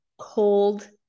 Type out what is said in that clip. Cold